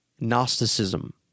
Gnosticism